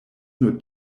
nur